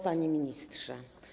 Panie Ministrze!